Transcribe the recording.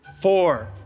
four